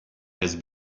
has